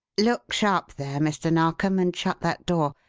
look sharp there, mr. narkom, and shut that door.